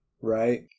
right